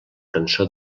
cançó